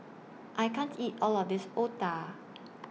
I can't eat All of This Otah